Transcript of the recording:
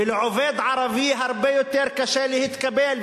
ולעובד ערבי הרבה יותר קשה להתקבל,